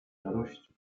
radości